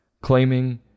claiming